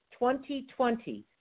2020